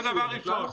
זה דבר ראשון.